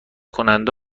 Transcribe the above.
کننده